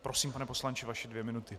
Prosím, pane poslanče, vaše dvě minuty.